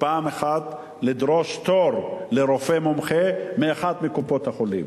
פעם אחת לדרוש תור לרופא מומחה באחת מקופות-החולים.